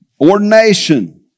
Ordination